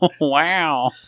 Wow